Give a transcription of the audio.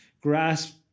grasp